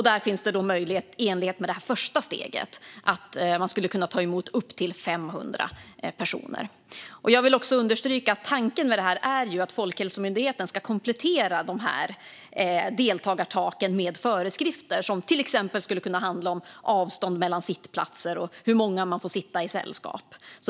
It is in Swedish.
Där finns det möjlighet i enlighet med det första steget att ta emot upp till 500 personer. Jag vill också understryka att tanken med detta är att Folkhälsomyndigheten ska komplettera dessa deltagartak med föreskrifter som till exempel skulle kunna handla om avstånd mellan sittplatser och hur många man får sitta i sällskap.